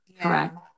Correct